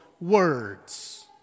words